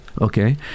okay